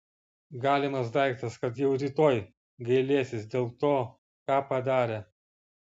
galimas daiktas kad jau rytoj gailėsis dėl to ką padarė